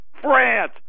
France